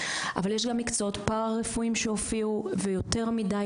אבל יש גם מקצועות פרא רפואיים שהופיעו ויותר מדי